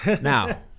Now